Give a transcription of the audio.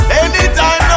anytime